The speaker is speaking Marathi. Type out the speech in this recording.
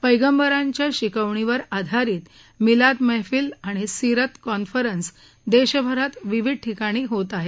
पैगंबरांच्या शिकवणीवर आधारित मिलाद महफील आणि सिरत कॉन्फरन्स देशभरात विविध ठिकाणी होत आहेत